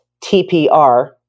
TPR